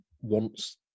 wants